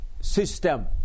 system